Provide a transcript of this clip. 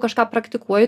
kažką praktikuoji